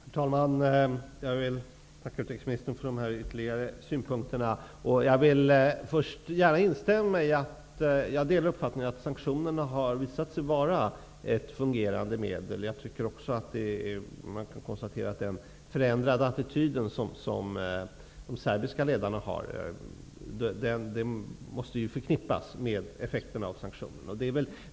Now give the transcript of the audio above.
Herr talman! Jag vill tacka utrikesministern för dessa ytterligare synpunkter. Jag vill först gärna säga att jag delar uppfattningen att sanktionerna har visat sig vara ett fungerande medel. Man kan konstatera att den förändrade attityden hos de serbiska ledarna måste förknippas med effekterna av sanktionerna.